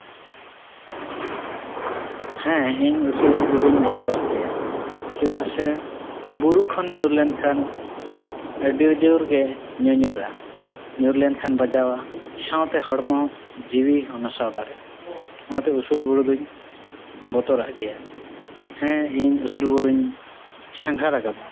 ᱦᱮᱸ ᱤᱧ ᱩᱥᱩᱞ ᱵᱩᱨᱩᱧ ᱵᱚᱛᱚᱨᱟᱜ ᱜᱮᱭᱟ ᱪᱮᱫᱟᱜ ᱥᱮ ᱵᱩᱨᱩ ᱠᱷᱚᱱ ᱧᱩᱨ ᱞᱮᱱᱠᱷᱟᱱ ᱟᱹᱰᱤ ᱡᱳᱨ ᱜᱮ ᱧᱩᱧᱩᱨᱟ ᱧᱩᱨ ᱞᱮᱱᱠᱷᱟᱱ ᱵᱟᱡᱟᱣᱟ ᱥᱟᱶᱛᱮ ᱦᱚᱲᱢᱚ ᱡᱤᱣᱤ ᱦᱚᱸ ᱱᱟᱥᱟᱣ ᱫᱟᱲᱮᱣᱟᱜᱼᱟ ᱚᱱᱟᱛᱮ ᱩᱥᱩᱞ ᱵᱩᱨᱩ ᱫᱚᱧ ᱵᱚᱛᱚᱨᱟᱜ ᱜᱮᱭᱟ ᱦᱮᱸ ᱤᱧ ᱩᱥᱩᱞ ᱵᱩᱨᱩᱧ ᱥᱟᱸᱜᱷᱟᱨᱟᱠᱟᱫᱟ